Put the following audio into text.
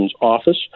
office